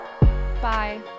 Bye